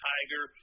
Tiger